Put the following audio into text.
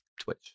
twitch